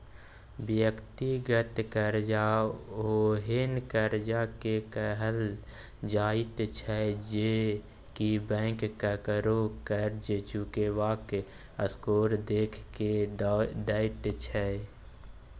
व्यक्तिगत कर्जा ओहेन कर्जा के कहल जाइत छै जे की बैंक ककरो कर्ज चुकेबाक स्कोर देख के दैत छै